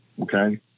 okay